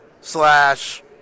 slash